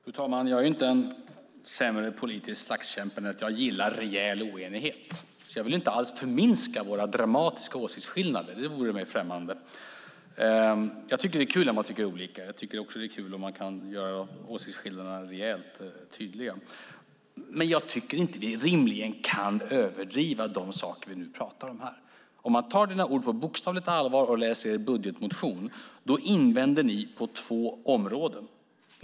Fru talman! Jag är inte en sämre politisk slagskämpe än att jag gillar rejäl oenighet. Jag vill inte alls förminska våra dramatiska åsiktsskillnader. Det vore mig främmande. Jag tycker att det är kul när man tycker olika. Jag tycker också att det är kul när man kan göra åsiktsskillnaderna rejält tydliga. Men jag tycker inte att vi rimligen kan överdriva de saker vi nu pratar om här. Om man tar Tomas Eneroths ord på bokstavligt allvar och om man läser er budgetmotion ser man att ni invänder på två områden.